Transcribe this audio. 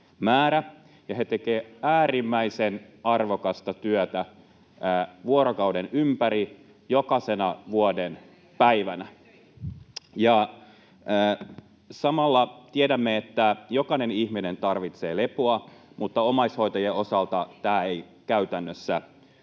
he tekevät äärimmäisen arvokasta työtä vuorokauden ympäri vuoden jokaisena päivänä. Samalla tiedämme, että jokainen ihminen tarvitsee lepoa, mutta omaishoitajien osalta tämä ei käytännössä